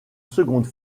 seconde